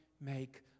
Make